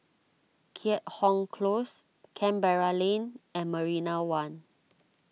Keat Hong Close Canberra Lane and Marina one